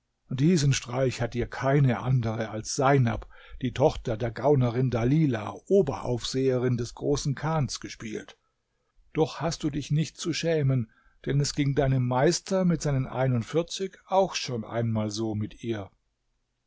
diesen streich hat dir keine andere als seinab die tochter der gaunerin dalilah oberaufseherin des großen chans gespielt doch hast du dich nicht zu schämen denn es ging deinem meister mit seinen einundvierzig auch schon einmal so mit ihr